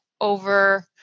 over